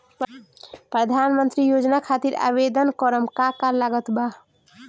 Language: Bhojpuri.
प्रधानमंत्री योजना खातिर आवेदन करम का का लागत बा?